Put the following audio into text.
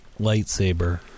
lightsaber